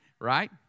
Right